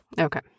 Okay